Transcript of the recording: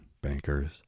bankers